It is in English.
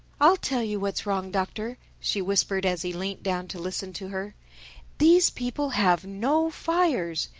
i'll tell you what's wrong, doctor, she whispered as he leant down to listen to her these people have no fires!